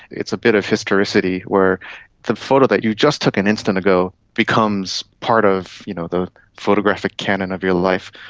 it's a bit of historicity where the photo that you just took an instant ago becomes part of you know the photographic canon of your life.